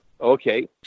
Okay